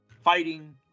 fighting